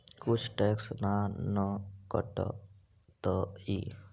कुछ टैक्स ना न कटतइ?